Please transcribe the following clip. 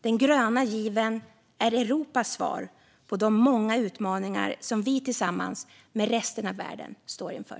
Den gröna given är Europas svar på de många utmaningar som vi tillsammans med resten av världen står inför.